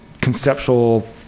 conceptual